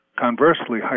Conversely